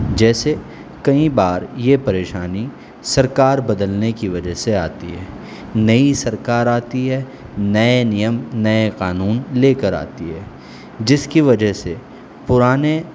جیسے کئی بار یہ پریشانی سرکار بدلنے کی وجہ سے آتی ہے نئی سرکار آتی ہے نئے نیم نئے قانون لے کر آتی ہے جس کی وجہ سے پرانے